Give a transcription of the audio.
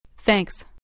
Thanks